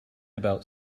about